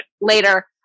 later